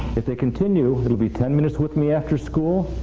if they continue, it'll be ten minutes with me after school.